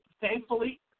thankfully